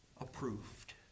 approved